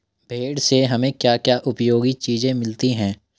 भेड़ से हमें क्या क्या उपयोगी चीजें मिलती हैं?